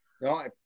No